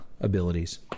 abilities